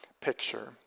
picture